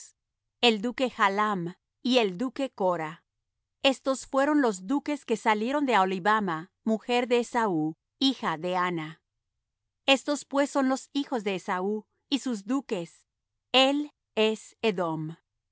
el duque jaalam y el duque cora estos fueron los duques que salieron de aholibama mujer de esaú hija de ana estos pues son los hijos de esaú y sus duques él es edom